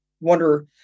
wonder